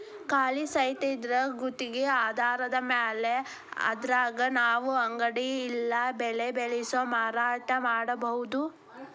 ಖಾಲಿ ಸೈಟಿದ್ರಾ ಗುತ್ಗಿ ಆಧಾರದ್ಮ್ಯಾಲೆ ಅದ್ರಾಗ್ ನಾವು ಅಂಗಡಿ ಇಲ್ಲಾ ಬೆಳೆ ಬೆಳ್ಸಿ ಮಾರಾಟಾ ಮಾಡ್ಬೊದು